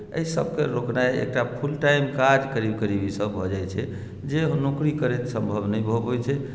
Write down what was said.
एहिसभकेँ रोकनाइ एकटा फुलटाइम काज करीब करीब ईसभ भऽ जाइत छै जे नौकरी करैत सम्भव नहि भऽ पबैत छै